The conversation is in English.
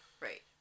Right